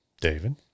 David